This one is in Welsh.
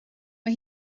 mae